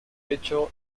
hecho